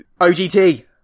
OGT